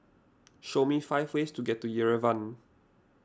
show me five ways to get to Yerevan